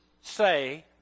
say